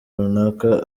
runaka